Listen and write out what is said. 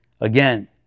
again